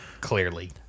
Clearly